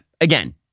again